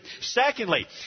Secondly